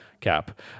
cap